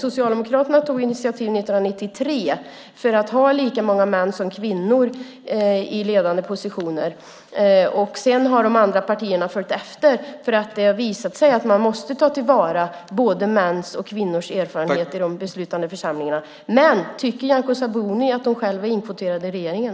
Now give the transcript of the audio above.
Socialdemokraterna tog initiativ 1993 för att ha lika många män som kvinnor i ledande positioner. Sedan har de andra partierna följt efter, för det har visat sig att man måste ta till vara både mäns och kvinnors erfarenheter i de beslutande församlingarna. Tycker Nyamko Sabuni att hon själv är inkvoterad i regeringen?